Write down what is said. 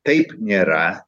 taip nėra